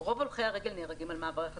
רוב הולכי הרגל נהרגים על מעברי חציה,